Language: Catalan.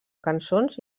cançons